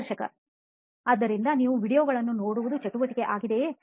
ಸಂದರ್ಶಕ ಆದ್ದರಿಂದ ನೀವು ವೀಡಿಯೊಗಳನ್ನು ನೋಡುವುದು ಚಟುವಟಿಕೆ ಆಗಿದೆಯೇ